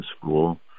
school